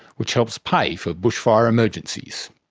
which helps pay for bushfire emergencies.